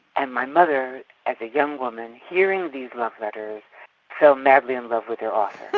and my mother as a young woman hearing these love letters fell madly in love with their author